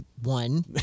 one